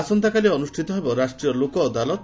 ଆସନ୍ତାକାଲି ଅନୁଷ୍ଠିତ ହେବ ରାଷ୍ଟ୍ରୀୟ ଲୋକ ଅଦାଲତ